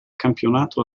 campionato